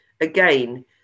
again